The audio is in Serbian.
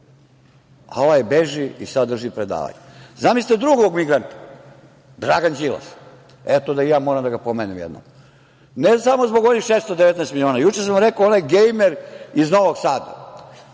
a ovaj beži i sad drži predavanja. Zamislite drugog migranta, Dragan Đilas. Eto, da i ja moram da ga pomenem jednom. Ne samo zbog onih 619 miliona. Juče sam rekao onaj Gejmer iz Novog Sada,